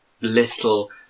little